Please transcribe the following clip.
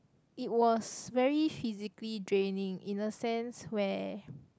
it was very physically draining in the sense where